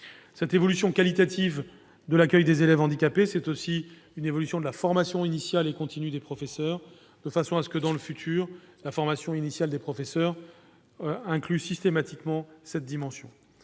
L'évolution qualitative de l'accueil des élèves handicapés, c'est aussi une évolution de la formation initiale et continue des professeurs, afin que, dans le futur, la formation initiale des professeurs inclue systématiquement cette dimension.